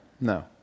No